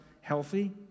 healthy